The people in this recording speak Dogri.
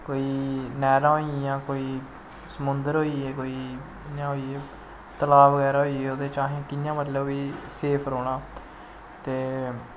कोई नैह्रां होईयां कोई समुंद्र होइये तलाऽ बगैरा होइये ओह्दे च असें कियां मतलव कि सेफ रौह्ना ते